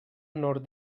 nord